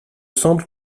semble